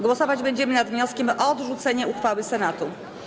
Głosować będziemy nad wnioskiem o odrzucenie uchwały Senatu.